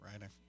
right